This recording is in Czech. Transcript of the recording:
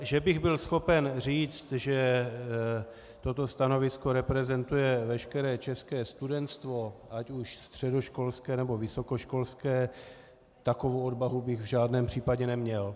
Že bych byl schopen říct, že toto stanovisko reprezentuje veškeré české studentstvo, ať už středoškolské, nebo vysokoškolské, takovou odvahu bych v žádném případě neměl.